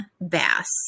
Bass